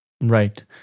Right